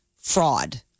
fraud